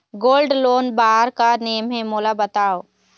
Gold loan बार का का नेम हे, मोला बताव?